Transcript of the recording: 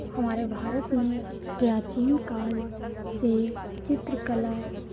हमारे भारत में प्राचीन काल से चित्रकला